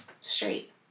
straight